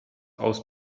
aus